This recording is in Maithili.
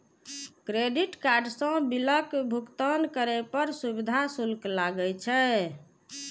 क्रेडिट कार्ड सं बिलक भुगतान करै पर सुविधा शुल्क लागै छै